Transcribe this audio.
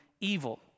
evil